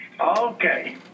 Okay